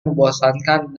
membosankan